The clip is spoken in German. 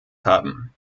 haben